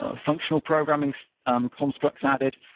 ah functional programming um constructs added.